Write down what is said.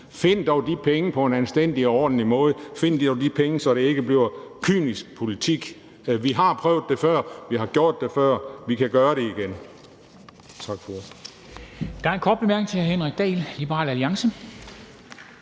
Find dog de penge på en anstændig og ordentlig måde, find dog de penge, så det ikke bliver til kynisk politik. Vi har prøvet det før, vi har gjort det før, og vi kan gøre det igen.